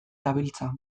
dabiltza